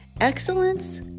excellence